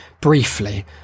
briefly